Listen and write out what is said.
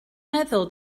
meddwl